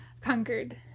conquered